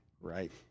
Right